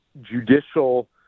judicial